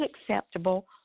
acceptable